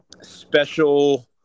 special